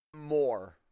more